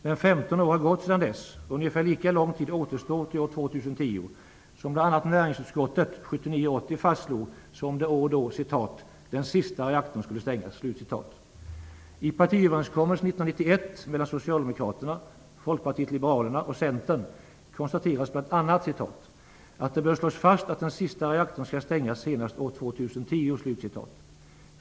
Men det har gått 15 år sedan dess och ungefär lika lång tid återstår till år 2010, som bl.a. näringsutskottet 1979/80 fastslog som det år då I partiöverenskommelsen 1991 mellan Socialdemokraterna, Folkpartiet liberalerna och Centern konstaterades bl.a. att "det bör slås fast att den sista reaktorn skall stängas senast år 2010".